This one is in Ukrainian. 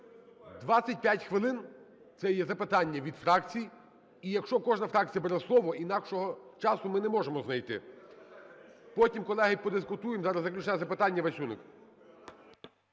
25 хвилин– це є запитання від фракцій, і якщо кожна фракція бере слово, інакшого часу ми не можемо знайти. Потім, колеги, подискутуємо. Зараз заключне запитання